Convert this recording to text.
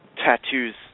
tattoos